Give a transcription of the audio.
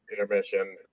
intermission